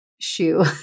shoe